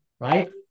right